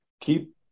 keep